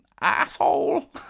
asshole